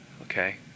Okay